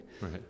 right